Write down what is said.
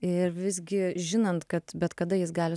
ir visgi žinant kad bet kada jis gali